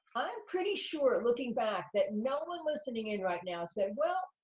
pretty sure, looking back, that no one listening in right now said, well,